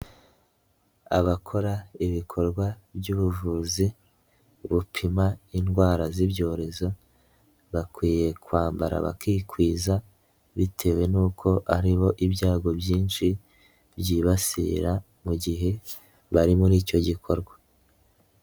Abakora ibikorwa by'ubuvuzi bupima indwara z'ibyorezo bakwiye kwambara bakikwiza bitewe n'uko ari bo ibyago byinshi byibasira mu gihe bari muri icyo gikorwa.